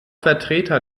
vertreter